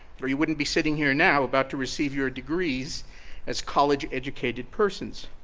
or you wouldn't be sitting here now about to receive your degrees as college educated persons.